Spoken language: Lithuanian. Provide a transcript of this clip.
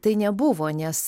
tai nebuvo nes